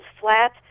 flat